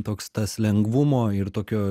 toks tas lengvumo ir tokio